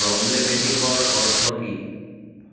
প্ৰব্লেমেটিকৰ অৰ্থ কি